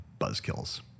buzzkills